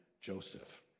Joseph